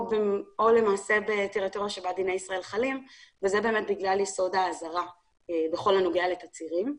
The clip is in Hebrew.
חלים דיני ישראל וזה בגלל יסוד האזהרה בכל הנוגע לתצהירים.